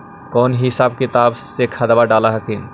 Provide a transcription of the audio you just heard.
कौन हिसाब किताब से खदबा डाल हखिन?